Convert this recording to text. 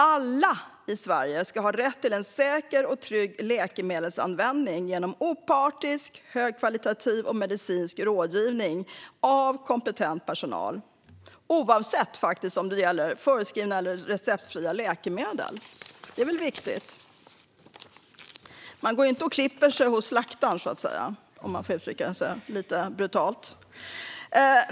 Alla i Sverige ska ha rätt till en säker och trygg läkemedelsanvändning genom opartisk och högkvalitativ medicinsk rådgivning av kompetent personal - oavsett om det gäller förskrivna eller receptfria läkemedel. Det är viktigt. Man går inte och klipper sig hos slaktaren, om jag får uttrycka mig lite brutalt.